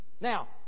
Now